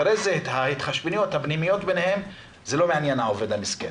אחרי זה ההתחשבנויות הפנימיות ביניהם לא מעניינות את העובד המסכן.